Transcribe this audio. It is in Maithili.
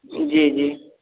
जी जी